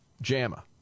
JAMA